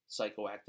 psychoactive